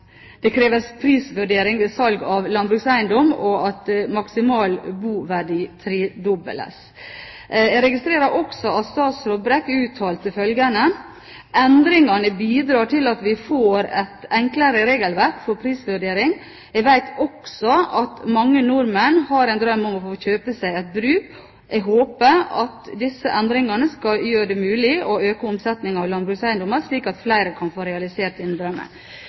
det kreves prisvurdering ved salg av landbrukseiendom, og at maksimal boverdi tredobles. Jeg registrerer også at statsråd Brekk uttalte følgende: «Endringene bidrar til at vi får et enklere regelverk for prisvurdering. Jeg vet også at mange nordmenn har en drøm om å få kjøpe seg et bruk. Håpet er at disse endringene skal gjøre det mulig å øke omsetningen av landbrukseiendommer, slik at flere kan få realisert